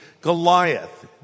Goliath